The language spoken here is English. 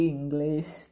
English